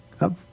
up